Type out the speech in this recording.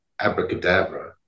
Abracadabra